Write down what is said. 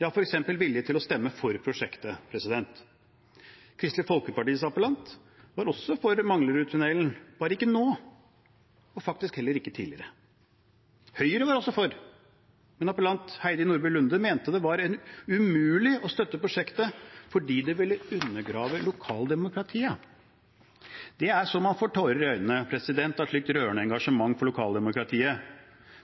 til å stemme for prosjektet. Kristelig Folkepartis appellant var også for Manglerudtunnelen, bare ikke nå – og faktisk heller ikke tidligere. Høyre var også for, men appellant Heidi Nordby Lunde mente det var umulig å støtte prosjektet fordi det ville undergrave lokaldemokratiet. Det er så man får tårer i øynene av slikt rørende engasjement for lokaldemokratiet.